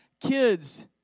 kids